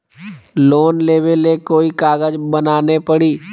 Loan लेबे ले कोई कागज बनाने परी?